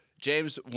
James